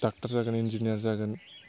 doctor जागोन engineer जागोन